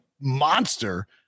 monster